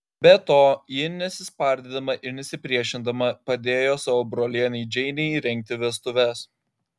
be to ji nesispardydama ir nesipriešindama padėjo savo brolienei džeinei rengti vestuves